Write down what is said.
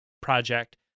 project